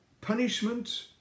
punishment